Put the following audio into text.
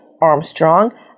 Armstrong